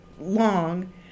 long